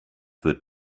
wird